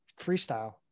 freestyle